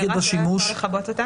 שאי-אפשר היה לכבות אותה.